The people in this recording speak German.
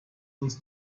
uns